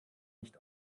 nicht